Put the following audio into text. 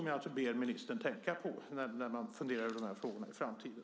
Jag ber ministern att tänka på detta när man funderar över de här frågorna i framtiden.